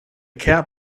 cap